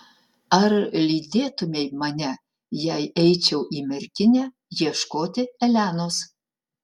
ar lydėtumei mane jei eičiau į merkinę ieškoti elenos